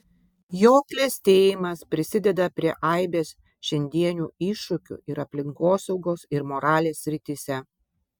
jo klestėjimas prisideda prie aibės šiandienių iššūkių ir aplinkosaugos ir moralės srityse